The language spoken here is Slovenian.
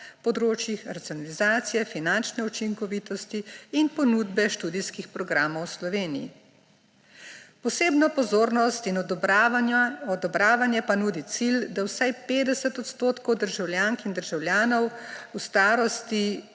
področjih racionalizacije, finančne učinkovitosti in ponudbe študijskih programov v Sloveniji. Posebno pozornost in odobravanje pa nudi cilj, da vsaj 50 odstotkov državljank in državljanov v starosti